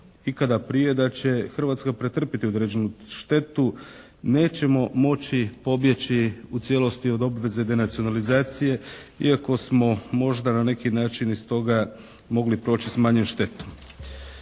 ikada prije da će Hrvatska pretrpiti određenu štetu, nećemo moći pobjeći u cijelosti od obveze denacionalizacije iako smo možda na neki način iz toga mogli proći sa manjom štetom.